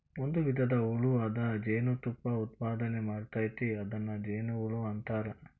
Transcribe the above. ಒಂದು ವಿಧದ ಹುಳು ಅದ ಜೇನತುಪ್ಪಾ ಉತ್ಪಾದನೆ ಮಾಡ್ತತಿ ಅದನ್ನ ಜೇನುಹುಳಾ ಅಂತಾರ